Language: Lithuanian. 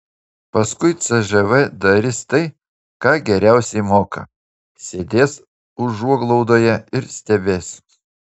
paskui cžv darys tai ką geriausiai moka sėdės užuoglaudoje ir stebės